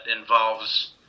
involves